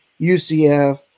UCF